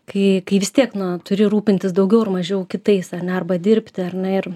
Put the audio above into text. kai kai vis tiek na turi rūpintis daugiau ar mažiau kitais ane arba dirbti ar ne ir